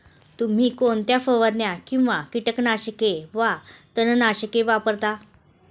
तुम्ही कोणत्या फवारण्या किंवा कीटकनाशके वा तणनाशके वापरता?